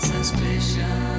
Suspicion